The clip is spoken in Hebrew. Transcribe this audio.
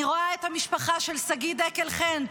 אני רואה את המשפחה של שגיא דקל חן,